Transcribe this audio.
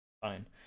fine